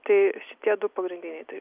tai šitie du pagrindiniai